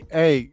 hey